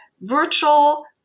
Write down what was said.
virtual